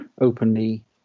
openly